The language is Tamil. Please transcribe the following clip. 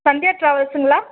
சந்தியா ட்ராவல்ஸுங்களா